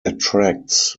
attracts